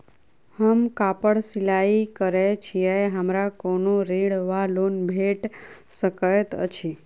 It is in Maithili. हम कापड़ सिलाई करै छीयै हमरा कोनो ऋण वा लोन भेट सकैत अछि?